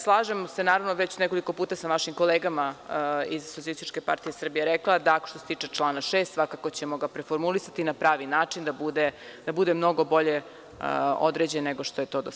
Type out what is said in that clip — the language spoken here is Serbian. Slažem se, naravno, već nekoliko puta sam vašim kolegama iz SPS rekla da što se tiče člana 6. svakako ćemo ga preformulisati na pravi način da bude mnogo bolje određen nego što je to do sad.